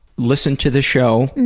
listen to this show.